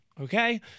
Okay